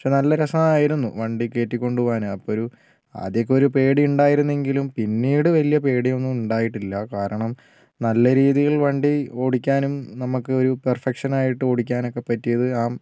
പക്ഷേ നല്ല രസമായിരുന്നു വണ്ടി കേറ്റി കൊണ്ടുപോകാന് അപ്പൊരു ആദ്യമൊക്കെ ഒരു പേടിയുണ്ടായിരുന്നെങ്കിലും പിന്നീട് വലിയ പേടി ഒന്നും ഉണ്ടായിട്ടില്ല കാരണം നല്ല രീതിയിൽ വണ്ടി ഓടിക്കാനും നമുക്കൊരു പെർഫെക്ഷൻ ആയിട്ട് ഓടിക്കാൻ ഒക്കെ പറ്റിയത്